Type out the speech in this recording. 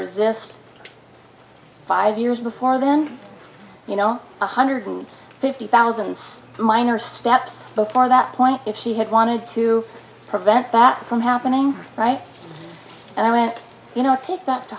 resist five years before then you know one hundred fifty thousand minor steps before that point if she had wanted to prevent that from happening right and i went you know take that to